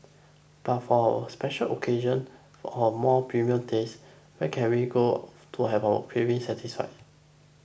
but for a special occasion or more premium taste where can we go off to have our craving satisfied